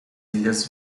ilhas